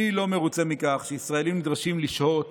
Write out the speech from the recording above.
אני לא מרוצה מכך שישראלים נדרשים לשהות